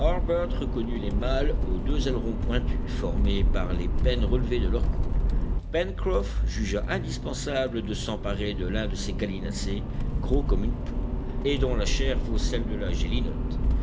reconnut les mâles aux deux ailerons pointus formés par les pennes relevées de leur cou pencroff jugea indispensable de s'emparer de l'un de ces gallinacés gros comme une poule et dont la chair vaut celle de la gélinotte